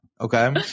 Okay